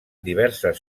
diverses